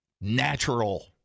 natural